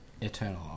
eternal